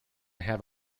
have